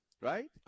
right